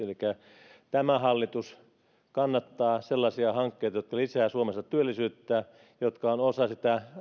elikkä tämä hallitus kannattaa sellaisia hankkeita jotka lisäävät suomessa työllisyyttä ja jotka ovat osa sitä